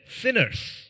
sinners